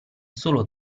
solo